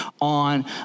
on